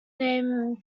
name